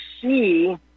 see